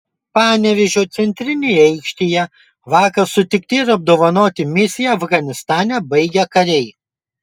panevėžio centrinėje aikštėje vakar sutikti ir apdovanoti misiją afganistane baigę kariai